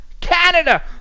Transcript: Canada